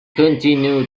continue